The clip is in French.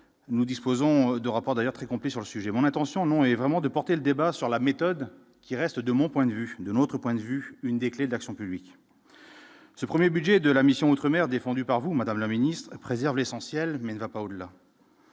Nous disposons de rapports d'ailleurs très complet sur le sujet, mon intention non est vraiment de porter le débat sur la méthode qui reste, de mon point de vue de notre point de vue, une des clés de l'action publique, ce 1er budget de la mission outre-mer défendue par vous, madame la ministre, préservé essentiel mais ne va pas au-delà.